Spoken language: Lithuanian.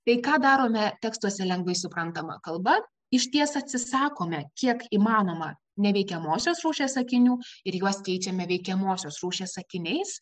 tai ką darome tekstuose lengvai suprantama kalba išties atsisakome kiek įmanoma neveikiamosios rūšies sakinių ir juos keičiame veikiamosios rūšies sakiniais